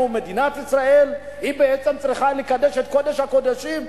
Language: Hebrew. מדינת ישראל צריכה לקדש את קודש הקודשים,